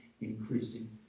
increasing